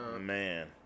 Man